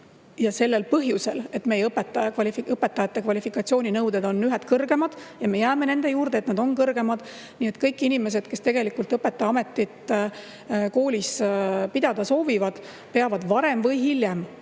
sellel põhjusel, et meie õpetajate kvalifikatsiooninõuded on ühed kõrgemad, ja me jääme selle juurde, et need on ühed kõrgemad. Nii et kõik inimesed, kes tegelikult õpetaja ametit koolis pidada soovivad, peavad varem või hiljem